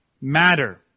matter